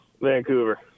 Vancouver